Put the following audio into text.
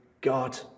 God